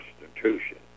Constitution